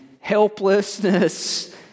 helplessness